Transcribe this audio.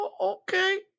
okay